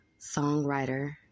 songwriter